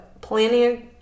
planning